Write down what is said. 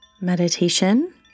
meditation